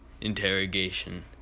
interrogation